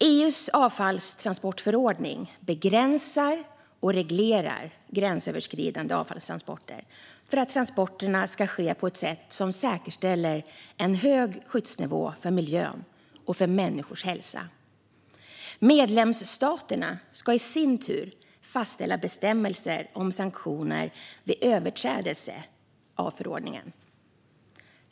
EU:s avfallstransportförordning begränsar och reglerar gränsöverskridande avfallstransporter för att transporterna ska ske på ett sätt som säkerställer en hög skyddsnivå för miljö och människors hälsa. Medlemsstaterna ska i sin tur fastställa bestämmelser om sanktioner vid överträdelser av förordningen.